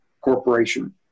Corporation